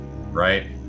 right